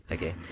Okay